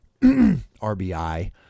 RBI